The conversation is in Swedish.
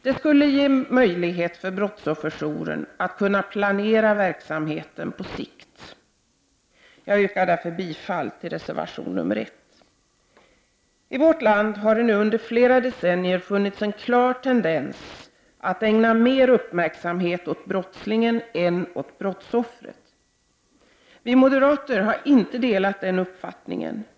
Det skulle möjliggöra för brottsofferjourerna att planera verksamheten på sikt. Jag yrkar bifall till reservation 1. I vårt land har det nu under flera decennier funnits en klar tendens att ägna mer uppmärksamhet åt brottslingen än åt brottsoffret. Vi moderater har inte delat denna uppfattning.